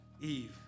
Eve